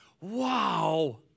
Wow